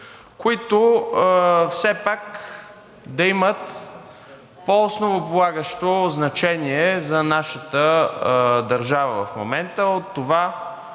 които все пак да имат по-основополагащо значение за нашата държава в момента от това